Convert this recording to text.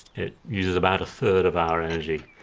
it uses about a third of our energy.